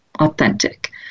authentic